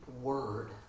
word